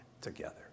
together